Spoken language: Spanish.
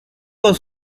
con